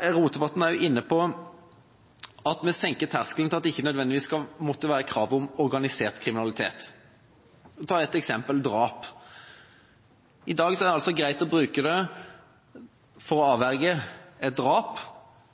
er Rotevatn også inne på at vi senker terskelen slik at det ikke nødvendigvis skal være krav om organisert kriminalitet. Ta ett eksempel – drap. I dag er det altså greit å bruke det for å avverge et drap